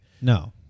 no